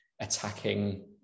attacking